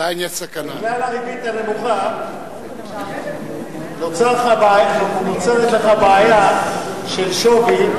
הריבית הנמוכה נוצרת לך בעיה של שווי,